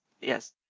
Yes